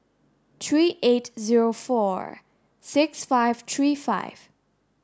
three eight zero four six five three five